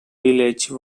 village